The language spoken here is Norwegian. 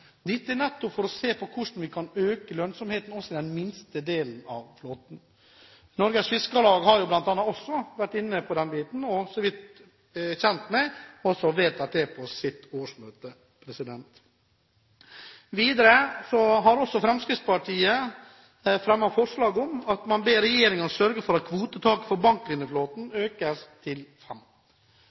dette nettopp for å se på hvordan vi kan øke lønnsomheten også i den minste delen av flåten. Norges Fiskarlag har bl.a. også vært inne på dette og, så vidt jeg vet, også vedtatt det på sitt årsmøte. Videre har også Fremskrittspartiet fremmet forslag om å be «regjeringen sørge for at kvotetaket for banklineflåten økes til